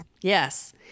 Yes